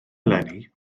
eleni